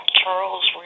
Charles